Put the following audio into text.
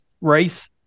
race